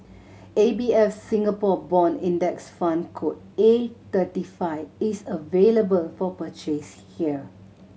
A B F Singapore Bond Index Fund code A thirty five is available for purchase here